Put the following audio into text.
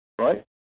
Right